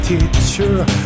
Teacher